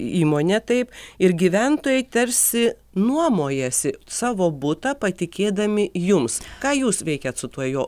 įmonė tai ir gyventojai tarsi nuomojasi savo butą patikėdami jums ką jūs veikiat su tuo jo